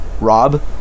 rob